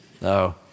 No